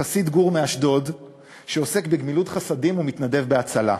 חסיד גור מאשדוד שעוסק בגמילות חסדים ומתנדב ב"הצלה",